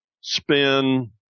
spin